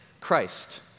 Christ